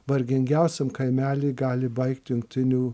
vargingiausiam kaimely gali baigt jungtinių